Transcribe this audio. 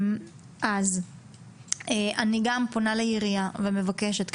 אני גם פומה לעירייה ומבקשת,